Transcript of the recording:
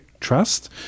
trust